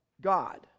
God